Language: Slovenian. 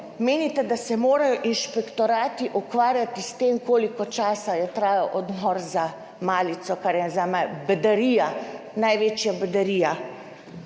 menite, da se morajo inšpektorati ukvarjati s tem, koliko časa je trajal odmor za malico, kar je zame bedarija, največja bedarija,